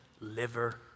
liver